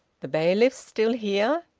the bailiffs still here?